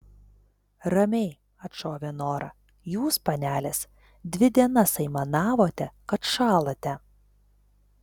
ramiai atšovė nora jūs panelės dvi dienas aimanavote kad šąlate